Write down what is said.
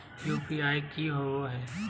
UPI की होबो है?